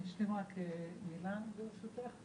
אשלים מילה, ברשותך.